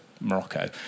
Morocco